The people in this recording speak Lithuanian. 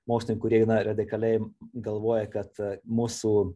mokslin kurie eina radikaliai galvoja kad mūsų